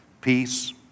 peace